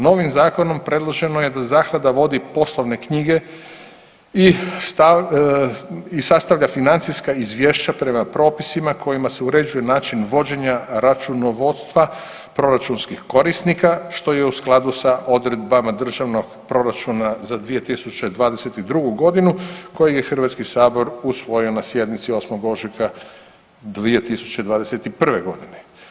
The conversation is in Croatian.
Novim zakonom predloženo je da zaklada vodi poslovne knjige i sastavlja financijska izvješća prema propisima kojima se uređuje način vođenja računovodstva proračunskih korisnika, što je u skladu sa odredbama državnog proračuna za 2022.g. koji je HS usvojio na sjednici 8. ožujka 2021.g.